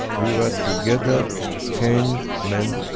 we were together ten men,